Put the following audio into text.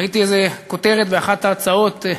ראיתי איזו כותרת באחת ההצעות: